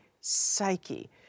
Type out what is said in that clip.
psyche